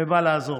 ובא לעזור.